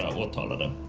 what um but